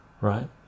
right